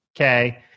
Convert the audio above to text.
Okay